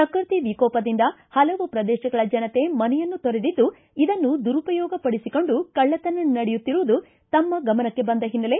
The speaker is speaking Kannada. ಪ್ರಕೃತಿ ವಿಕೋಪದಿಂದ ಹಲವು ಪ್ರದೇಶಗಳ ಜನತೆ ಮನೆಯನ್ನು ತೊರದಿದ್ದು ಇದನ್ನು ದುರುಪಯೋಗಪಡಿಸಿಕೊಂಡು ಕಳ್ಳತನ ನಡೆಯುತ್ತಿರುವುದು ತಮ್ಮ ಗಮನಕ್ಕೆ ಬಂದ ಹಿನ್ನೆಲೆ